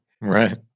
Right